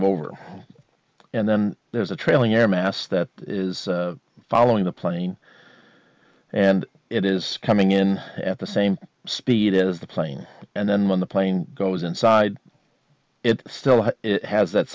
of over and then there's a trailing air mass that is following the plane and it is coming in at the same speed as the plane and then when the plane goes inside it still has that